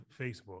Facebook